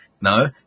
No